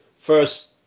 First